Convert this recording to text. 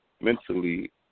mentally